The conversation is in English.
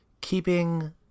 keeping